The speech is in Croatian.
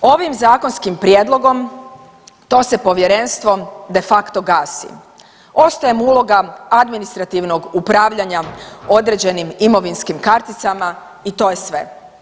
Ovim zakonskim prijedlogom to se povjerenstvo de facto gasi, ostaje mu uloga administrativnog upravljanja određenim imovinskim karticama i to je sve.